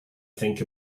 think